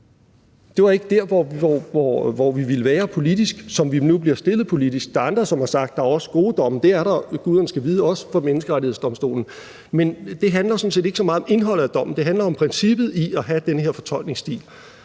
Det var ikke dér, hvor vi ville være; hvor vi nu bliver stillet politisk. Der er andre, der har sagt, at der også er gode domme. Det er der guderne skal vide også fra Menneskerettighedsdomstolen. Men det handler sådan set ikke så meget om indholdet af dommen. Det handler om princippet i at have den her fortolkningsstil,